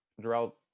throughout